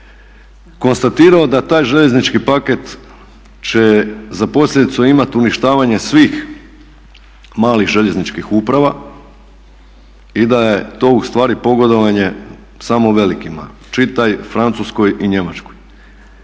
konstatirao da taj željeznički paket će za posljedicu imati uništavanje svih malih željezničkih uprava i da je to ustvari pogodovanje samo velikima, čitaj Francuskoj i Njemačkoj.